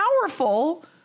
powerful